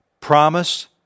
promise